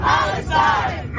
Palestine